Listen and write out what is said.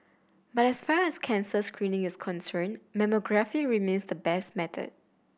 but as far as cancer screening is concerned mammography remains the best method